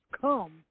come